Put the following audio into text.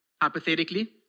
hypothetically